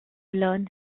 learn